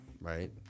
right